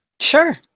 Sure